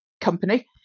company